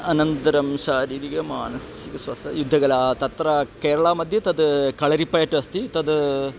अनन्तरं शारीरिकं मानसिकं स्वास्थ्यं युद्धकला तत्र केरळामध्ये तद् कळरिपयट् अस्ति तद्